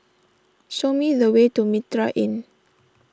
show me the way to Mitraa Inn